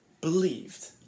believed